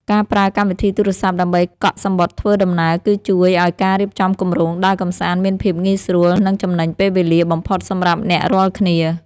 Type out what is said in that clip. ការប្រើកម្មវិធីទូរសព្ទដើម្បីកក់សំបុត្រធ្វើដំណើរ គឺជួយឱ្យការរៀបចំគម្រោងដើរកម្សាន្តមានភាពងាយស្រួល និងចំណេញពេលវេលាបំផុតសម្រាប់អ្នករាល់គ្នា។